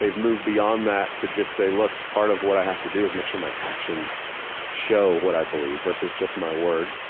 moved moved beyond that to just say, look, part of what i have to do is make sure my actions show what i believe versus just my words.